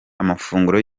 amafunguro